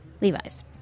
Levi's